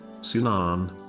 Sunan